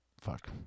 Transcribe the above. Fuck